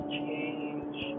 change